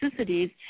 toxicities